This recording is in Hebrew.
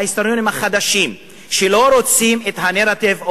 ההיסטוריונים החדשים שלא רוצים את הנרטיב,